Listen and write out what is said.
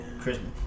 Christmas